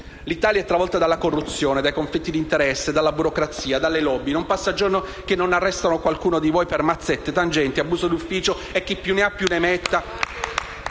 L'Italia è travolta dalla corruzione, dai conflitti d'interesse, dalla burocrazia, dalle *lobby*. Non passa giorno che non arrestino qualcuno di voi per mazzette, tangenti, abuso d'ufficio e chi più ne ha più ne metta.